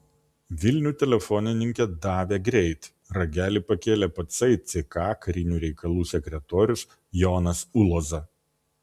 vilnių telefonininkė davė greit ragelį pakėlė patsai ck karinių reikalų sekretorius jonas uloza